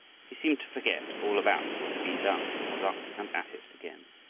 he seemed to forget all about what had been done was up and at it again.